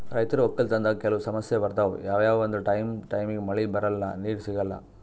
ರೈತರ್ ವಕ್ಕಲತನ್ದಾಗ್ ಕೆಲವ್ ಸಮಸ್ಯ ಬರ್ತವ್ ಯಾವ್ಯಾವ್ ಅಂದ್ರ ಟೈಮ್ ಟೈಮಿಗ್ ಮಳಿ ಬರಲ್ಲಾ ನೀರ್ ಸಿಗಲ್ಲಾ